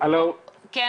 פתרנו ככל הנראה את הבעיה.